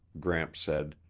gramps said.